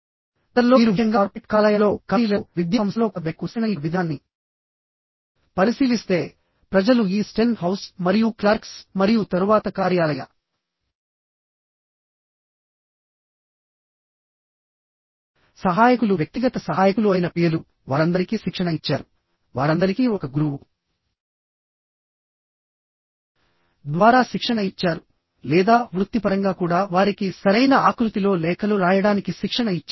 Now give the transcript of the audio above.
గతంలో మీరు ముఖ్యంగా కార్పొరేట్ కార్యాలయాలలో కంపెనీలలో విద్యా సంస్థలలో కూడా వ్యక్తులకు శిక్షణ ఇచ్చిన విధానాన్ని పరిశీలిస్తే ప్రజలు ఈ స్టెన్ హౌస్ మరియు క్లార్క్స్ మరియు తరువాత కార్యాలయ సహాయకులు వ్యక్తిగత సహాయకులు అయిన పిఎలు వారందరికీ శిక్షణ ఇచ్చారు వారందరికీ ఒక గురువు ద్వారా శిక్షణ ఇచ్చారు లేదా వృత్తిపరంగా కూడా వారికి సరైన ఆకృతిలో లేఖలు రాయడానికి శిక్షణ ఇచ్చారు